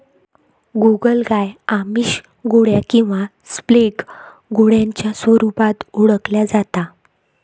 गोगलगाय आमिष, गोळ्या किंवा स्लॅग गोळ्यांच्या स्वरूपात ओळखल्या जाता